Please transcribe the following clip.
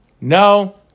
No